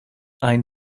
ein